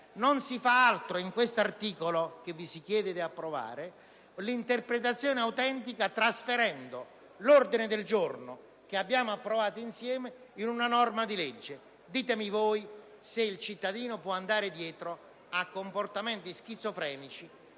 non si fa altro che dare un'interpretazione autentica, trasferendo l'ordine del giorno che abbiamo approvato insieme in una norma di legge. Ditemi voi se il cittadino può andare dietro a comportamenti schizofrenici